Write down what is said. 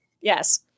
Yes